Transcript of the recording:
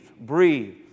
breathe